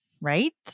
right